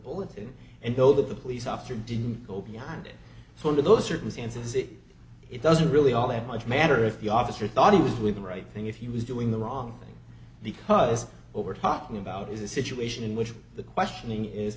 bulletin and know that the police officer didn't go behind in front of those circumstances it it doesn't really all that much matter if the officer thought he was with the right thing if he was doing the wrong thing because over talking about is a situation in which the questioning is